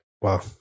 Wow